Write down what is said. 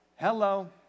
Hello